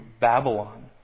Babylon